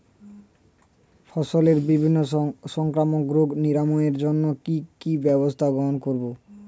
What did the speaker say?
ফসলের বিভিন্ন সংক্রামক রোগ নিরাময়ের জন্য কি কি ব্যবস্থা গ্রহণ করব?